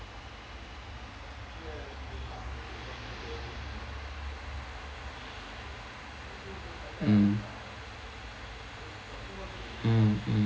mm mm mm